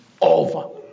over